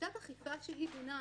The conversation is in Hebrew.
בשיטת אכיפה שהיא ביניים,